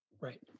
right